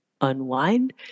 unwind